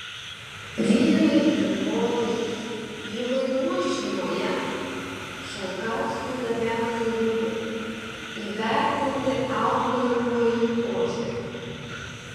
vyrai ir moterys jų vaidmuo šeimoje šalkauskiui labiausiai rūpi įvertinti auklėjamuoju požiūriu